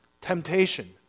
temptation